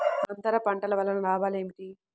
అంతర పంటల వలన లాభాలు ఏమిటి?